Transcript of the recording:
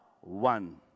one